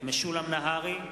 משולם נהרי,